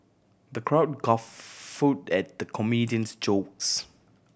the crowd guffawed at the comedian's jokes